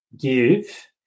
give